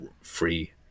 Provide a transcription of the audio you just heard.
free